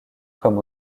comme